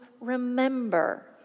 remember